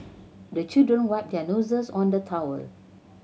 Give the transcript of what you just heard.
the children wipe their noses on the towel